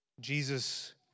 Jesus